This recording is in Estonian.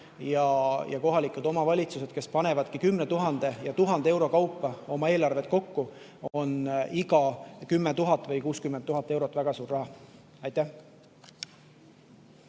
kohalikes omavalitsustes, kes panevad 10 000 ja 1000 euro kaupa oma eelarvet kokku, on 10 000 või 60 000 eurot väga suur raha. Aitäh!